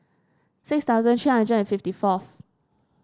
six thousand three hundred and fifty fourth